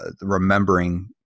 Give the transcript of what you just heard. remembering